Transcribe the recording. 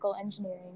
engineering